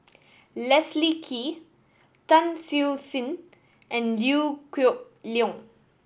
Leslie Kee Tan Siew Sin and Liew Geok Leong